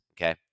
okay